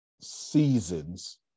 seasons